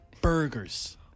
burgers